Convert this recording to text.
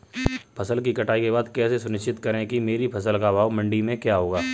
फसल की कटाई के बाद कैसे सुनिश्चित करें कि मेरी फसल का भाव मंडी में क्या होगा?